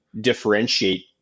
differentiate